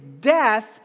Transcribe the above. death